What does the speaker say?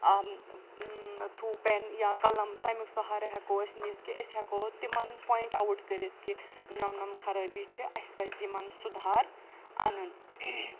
through پٮ۪ن یا قَلَم تَمیُک سہارٕ ہٮ۪کو أسۍ نِتھ کہِ أسۍ ہٮ۪کو تِمَن پایِنٛٹ آوُٹ کٔرِتھ کہِ یِم یِم خرٲبی چھِ اَسہِ پَزِ یِمَن سُدھار اَنُن